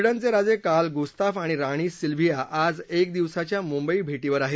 स्विडनचे राजे Carl Gustaf आणि राणी सिलव्हिया आज एकदिवसाच्या मुंबई भेटीला आले आहेत